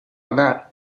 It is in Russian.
она